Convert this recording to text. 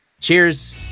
cheers